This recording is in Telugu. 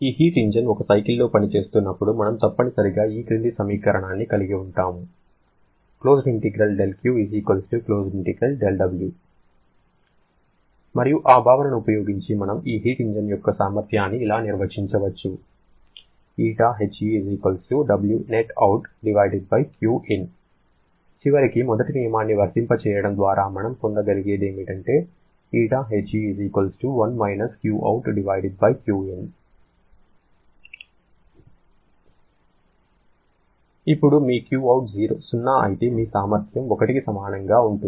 ఈ హీట్ ఇంజన్ ఒక సైకిల్లో పని చేస్తున్నప్పుడు మనం తప్పనిసరిగా ఈ క్రింది సమీకరణాన్ని కలిగి ఉంటాము మరియు ఆ భావనను ఉపయోగించి మనం ఈ హీట్ ఇంజిన్ యొక్క సామర్థ్యాన్ని ఇలా నిర్వచించవచ్చు చివరికి మొదటి నియమాన్ని వర్తింపజేయడం ద్వారా మనం పొందగిలిగేదేమిటంటే ఇప్పుడు మీ Qout 0 అయితే మీ సామర్థ్యం 1కి సమానంగా ఉంటుంది